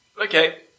Okay